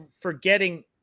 forgetting